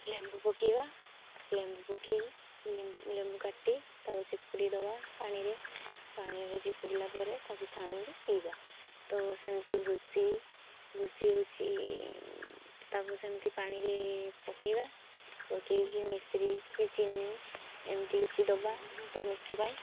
ଲେମ୍ବୁ ପକାଇବା ଲେମ୍ବୁ ପକାଇ ଲେମ୍ବୁ କାଟି ତାକୁ ଚିପୁଡ଼ି ଦେବା ପାଣିରେ ପାଣିରେ ଚିପୁଡ଼ିଲା ପରେ ତାକୁ ଛାଣିକି ପିଇବା ତ ସେମିତି ଭୁସି ଭୁସି ହେଉଛି ତାକୁ ସେମିତି ପାଣିରେ ପକାଇବା ପକାଇକି ମିଶ୍ରି କି ଚିନି ଏମିତି କିଛି ଦେବା ତ ମିଠା ପାଇଁ